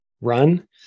run